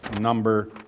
number